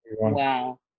Wow